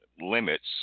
limits